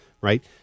right